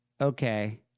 Okay